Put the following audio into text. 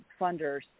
funders